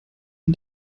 ihn